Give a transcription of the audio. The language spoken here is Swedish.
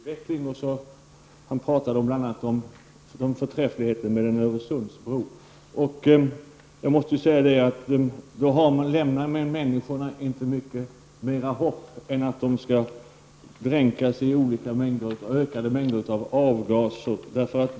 Herr talman! Bertil Persson talade om en hoppfull utveckling, bl.a. om förträffligheten med en Öresundsbro. Det ''hopp'' man ger människorna är att de skall dränkas i ökade mängder av avgaser.